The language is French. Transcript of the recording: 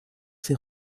ses